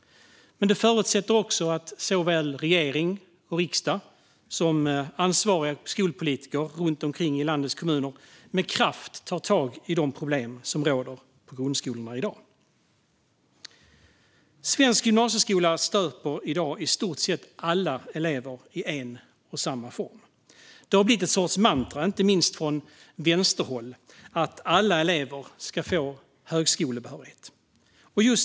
Men det förutsätter att såväl regering och riksdag som ansvariga skolpolitiker runt om i landets kommuner med kraft tar tag i de problem som råder på grundskolorna i dag. Svensk gymnasieskola stöper i dag i stort sett alla elever i en och samma form. Det har blivit ett slags mantra, inte minst från vänsterhåll, att alla elever ska få högskolebehörighet.